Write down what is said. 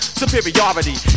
superiority